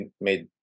made